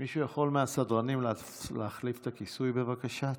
מישהו מהסדרנים יכול להחליף את הכיסוי, בבקשה?